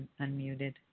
unmuted